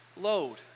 load